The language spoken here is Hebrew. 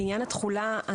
לעניין התחולה,